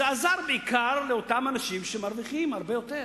זה עזר בעיקר לאותם אנשים שמרוויחים הרבה יותר.